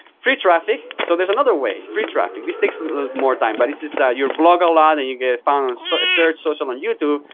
free traffic, so there's another way. free traffic, this takes and more time, but this is ah you blog a lot and you get found on so ah search, social, and youtube,